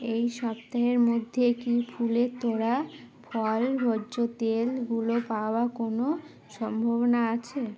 এই সপ্তাহের মধ্যে কি ফুলের তোড়া ফল ভোজ্য তেলগুলো পাওয়ার কোনো সম্ভবনা আছে